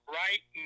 right